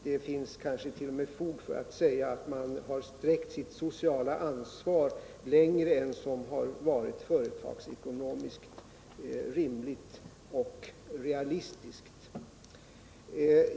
Det finns kanske 1. o. m. fog för att säga att man har sträckt sig längre i sitt sociala ansvar än vad som är företagsekonomiskt rimligt och realistiskt.